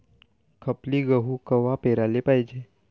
खपली गहू कवा पेराले पायजे?